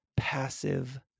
passive